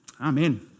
Amen